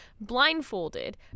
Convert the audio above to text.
blindfolded